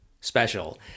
special